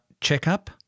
checkup